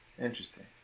Interesting